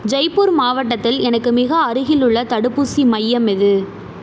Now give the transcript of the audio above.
ஜெய்ப்பூர் மாவட்டத்தில் எனக்கு மிக அருகிலுள்ள தடுப்பூசி மையம் எது